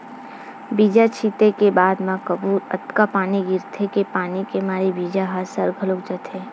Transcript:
बीजा छिते के बाद म कभू अतका पानी गिरथे के पानी के मारे बीजा ह सर घलोक जाथे